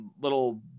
little